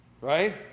right